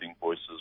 voices